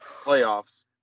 playoffs